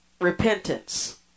repentance